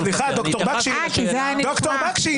אני התייחסתי לשאלה --- ד"ר בקשי,